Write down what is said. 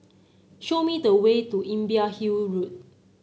show me the way to Imbiah Hill Road